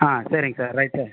ஆ சரிங்க sir right